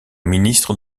ministre